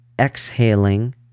exhaling